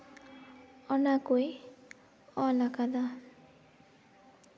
ᱚᱱᱟ ᱠᱚᱭ ᱚᱞᱟᱠᱟᱫᱟ